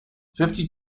fifty